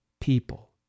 people